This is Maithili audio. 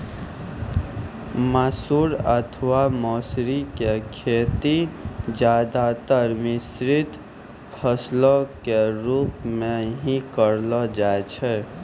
मसूर अथवा मौसरी के खेती ज्यादातर मिश्रित फसल के रूप मॅ हीं करलो जाय छै